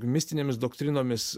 mistinėmis doktrinomis